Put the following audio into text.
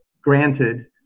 granted